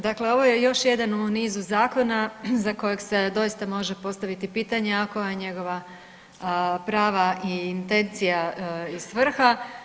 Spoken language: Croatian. Dakle ovo je još jedan u nizu zakona za kojeg se doista može postaviti pitanje a koja je njegova prava intencija i svrha.